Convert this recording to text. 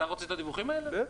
בטח.